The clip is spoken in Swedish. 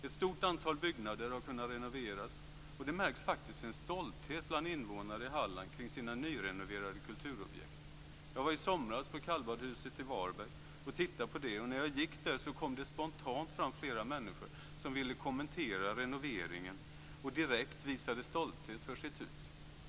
Ett stort antal byggnader har kunnat renoveras, och det märks faktiskt en stolthet bland invånare i Halland över deras nyrenoverade kulturobjekt. Jag var i somras i Varberg och tittade på kallbadhuset där, och när jag gick där kom det spontant fram flera människor som ville kommentera renoveringen och direkt visade stolthet över sitt hus.